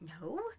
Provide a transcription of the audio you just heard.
No